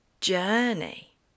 journey